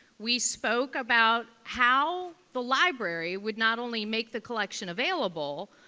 we spoke about how the library would not only make the collection available,